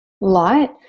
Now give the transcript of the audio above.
light